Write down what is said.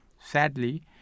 Sadly